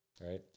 right